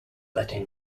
letting